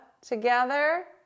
together